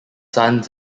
sons